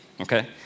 okay